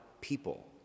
people